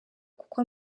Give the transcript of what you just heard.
kuko